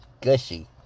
gushy